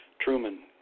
Truman